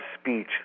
speech